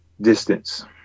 distance